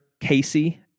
Casey